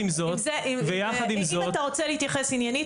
אם אתה רוצה להתייחס עניינית,